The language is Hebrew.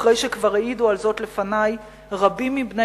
אחרי שכבר העידו על זאת לפני רבים מבני